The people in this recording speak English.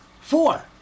four